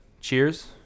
cheers